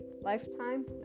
lifetime